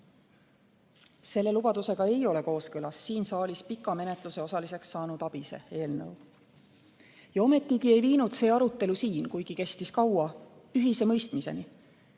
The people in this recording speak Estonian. Selle lubadusega ei ole kooskõlas siin saalis pika menetluse osaliseks saanud ABIS-e eelnõu. Ometigi ei viinud see arutelu siin, kuigi kestis kaua, ühise mõistmiseni,